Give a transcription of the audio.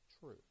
true